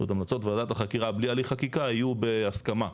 המלצות ועדת החקירה בלי הליך חקיקה יהיו בהסכמה,